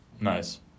Nice